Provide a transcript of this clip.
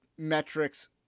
metrics